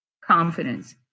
confidence